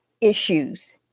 issues